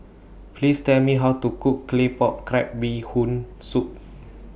Please Tell Me How to Cook Claypot Crab Bee Hoon Soup